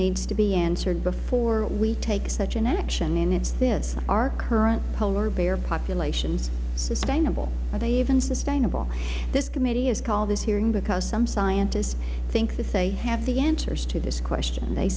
needs to be answered before we take such an action and it is this are current polar bear populations sustainable are they even sustainable this committee has called this hearing because some scientists think that they have the answers to this question they